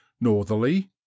Northerly